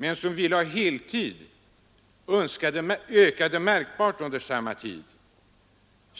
men ville ha heltidsarbete ökade märkbart under samma tid.